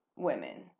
women